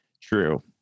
true